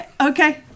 Okay